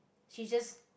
she just